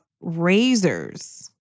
Razors